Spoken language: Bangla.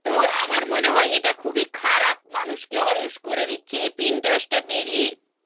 তো আমার মনে হয় এটা খুবই খারাপ মানুষকে অলস করে দিচ্ছে এই প্রিন্টারটা বেরিয়ে